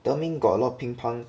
德明 got a lot of 乒乓